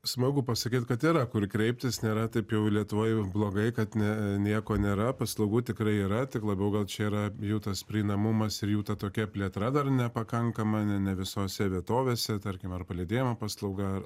smagu pasakyt kad yra kur kreiptis nėra taip jau lietuvoj blogai kad ne nieko nėra paslaugų tikrai yra tik labiau gal čia yra jų tas prieinamumas ir jų tad tokia plėtra dar nepakankama ne visose vietovėse tarkime ar palydėjimo paslauga